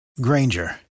Granger